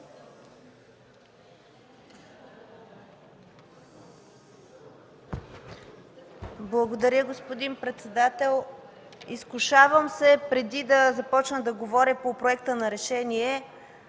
Благодаря, господин председател. Изкушавам се преди да започна по Проекта за решение